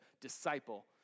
disciple